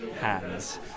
hands